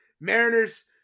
Mariners